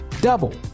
double